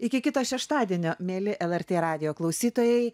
iki kito šeštadienio mieli lrt radijo klausytojai